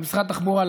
למשרד התחבורה,